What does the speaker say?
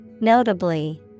Notably